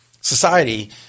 society